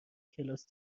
کلاس